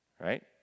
Right